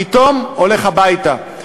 פתאום הולך הביתה.